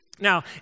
Now